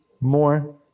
more